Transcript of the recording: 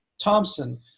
Thompson